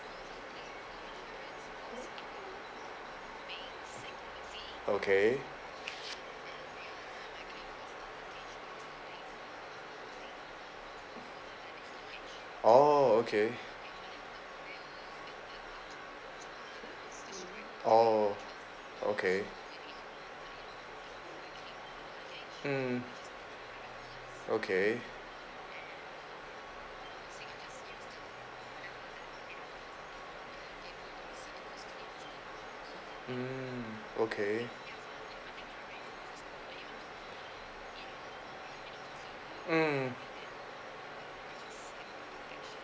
okay oh okay oh okay mm okay mm okay mm